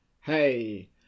Hey